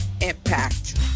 impact